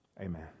Amen